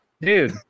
Dude